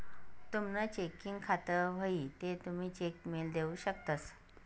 तुमनं चेकिंग खातं व्हयी ते तुमी चेक मेल देऊ शकतंस